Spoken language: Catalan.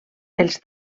els